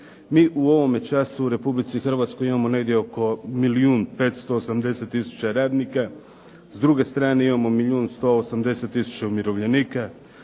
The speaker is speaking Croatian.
Mi u ovome času u Republici Hrvatskoj imamo negdje oko milijun 580 tisuća radnika, s druge strane imamo milijun 180 tisuća umirovljenika.